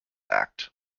act